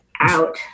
Out